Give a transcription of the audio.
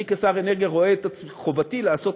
אני כשר אנרגיה רואה את חובתי לעשות